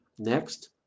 Next